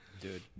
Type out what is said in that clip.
Dude